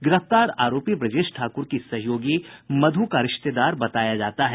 गिरफ्तार आरोपी ब्रजेश ठाकुर की सहयोगी मधु का रिश्तेदार बताया जाता है